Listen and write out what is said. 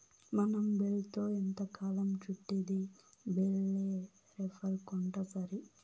మనం బేల్తో ఎంతకాలం చుట్టిద్ది బేలే రేపర్ కొంటాసరి